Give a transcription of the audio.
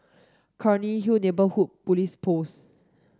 Cairnhill Neighbourhood Police Post